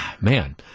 man